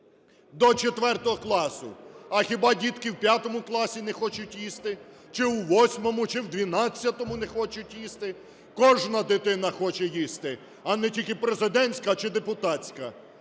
до 4-го класу. А хіба дітки в 5-му класі не хочуть їсти чи у 8-му, чи в 12-му не хочуть їсти? Кожна дитина хоче їсти, а не тільки президентська чи депутатська.